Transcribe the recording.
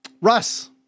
Russ